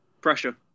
Pressure